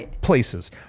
places